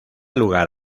lugar